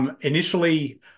Initially